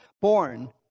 born